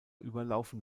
überlaufen